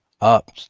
up